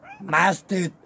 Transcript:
master